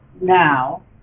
now